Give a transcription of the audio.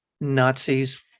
Nazis